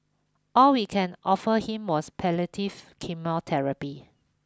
all we can offer him was palliative chemotherapy